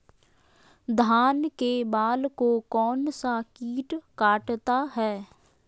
धान के बाल को कौन सा किट काटता है?